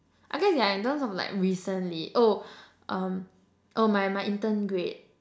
I guess ya in terms of like recently oh um oh my my intern grade